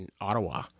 Ottawa